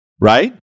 right